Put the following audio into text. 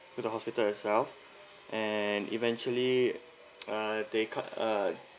to the hospital itself and eventually uh they cut uh